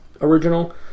original